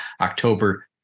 October